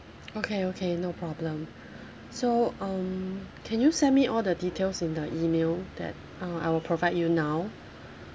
okay okay no problem so um can you send me all the details in the email that uh I will provide you now